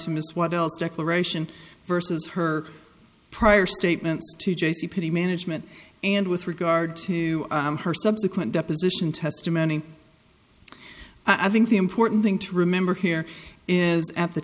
else declaration versus her prior statements to j c penney management and with regard to her subsequent deposition testimony i think the important thing to remember here is at the